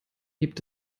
gibt